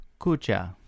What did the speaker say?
Kucha